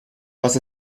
was